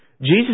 Jesus